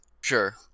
Sure